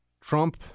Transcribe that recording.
Trump